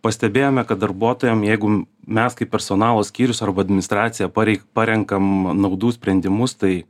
pastebėjome kad darbuotojam jeigu mes kaip personalo skyrius arba administracija parei parenkam naudų sprendimus tai